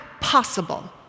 possible